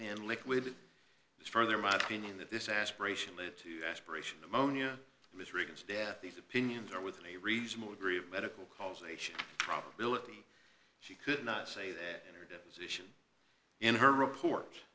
and liquid is further my opinion that this aspiration lead to aspiration pneumonia was reagan's death these opinions are within a reasonable degree of medical causation probability she could not say that in her deposition in her report